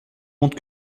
montre